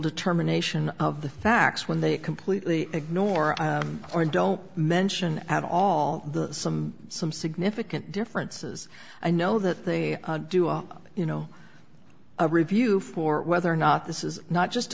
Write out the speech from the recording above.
determination of the facts when they completely ignore or don't mention at all the some some significant differences i know that they do you know a review for whether or not this is not just